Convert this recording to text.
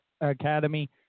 Academy